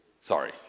sorry